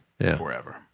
forever